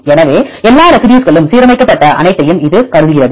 எனவே எல்லா ரெசிடியூஸ்களும் சீரமைக்கப்பட்ட அனைத்தையும் இது கருதுகிறது